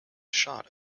shot